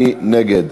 מי נגד?